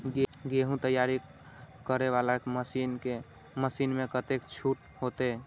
गेहूं तैयारी करे वाला मशीन में कतेक छूट होते?